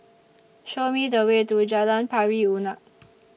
Show Me The Way to Jalan Pari Unak